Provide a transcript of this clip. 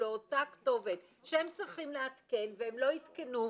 לאותה כתובת שהם צריכים לעדכן והם לא עדכנו,